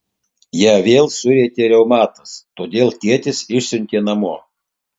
ją vėl surietė reumatas todėl tėtis išsiuntė namo